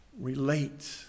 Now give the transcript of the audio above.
relate